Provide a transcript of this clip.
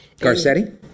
Garcetti